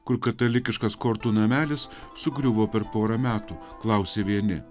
kur katalikiškas kortų namelis sugriuvo per porą metų klausė vieni